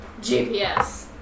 GPS